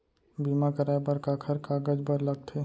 बीमा कराय बर काखर कागज बर लगथे?